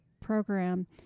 program